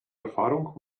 erfahrung